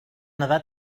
nadar